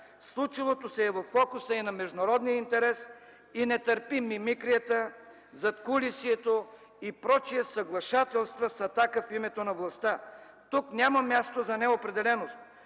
Случилото се е във фокуса и на международния интерес, и не търпи мимикрията, задкулисието и прочее съглашателства с „Атака” в името на властта! Тук няма място за неопределеност!